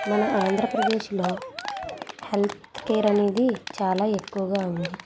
మన ఆంధ్రప్రదేశ్లో health care అనేది చాలా ఎక్కువగా ఉంది